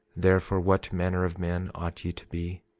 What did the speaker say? therefore, what manner of men ought ye to be?